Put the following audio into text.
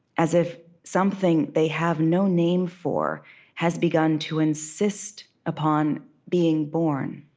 as if something they have no name for has begun to insist upon being born.